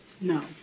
no